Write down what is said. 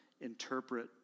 interpret